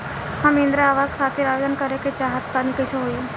हम इंद्रा आवास खातिर आवेदन करे क चाहऽ तनि कइसे होई?